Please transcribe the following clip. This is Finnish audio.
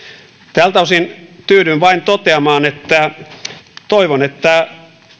tältä osin tyydyn vain toteamaan että toivon että